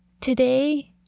Today